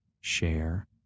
share